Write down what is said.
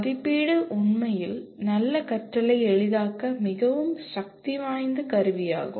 மதிப்பீடு உண்மையில் நல்ல கற்றலை எளிதாக்க மிகவும் சக்திவாய்ந்த கருவியாகும்